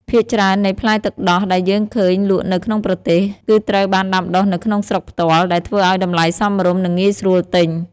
ភាគច្រើននៃផ្លែទឹកដោះដែលយើងឃើញលក់នៅក្នុងប្រទេស គឺត្រូវបានដាំដុះនៅក្នុងស្រុកផ្ទាល់ ដែលធ្វើឲ្យតម្លៃសមរម្យ និងងាយស្រួលទិញ។